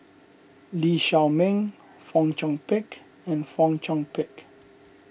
Lee Shao Meng Fong Chong Pik and Fong Chong Pik